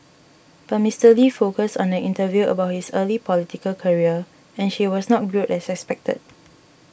but Mister Lee focused on the interview about his early political career and she was not grilled as expected